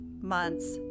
months